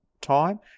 time